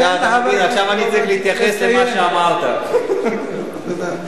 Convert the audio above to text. שמעת דבר כזה?